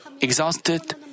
exhausted